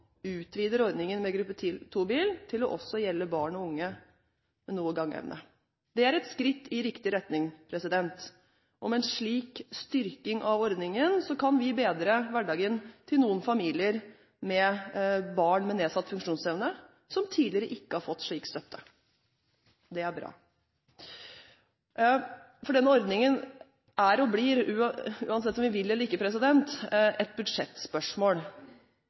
ordningen med gruppe 2-bil til også å gjelde barn og unge med noe gangevne. Det er et skritt i riktig retning, og med en slik styrking av ordningen kan vi bedre hverdagen til noen familier med barn med nedsatt funksjonsevne som tidligere ikke har fått slik støtte. Det er bra, for denne ordningen er og blir, uansett om vi vil eller ikke, et budsjettspørsmål.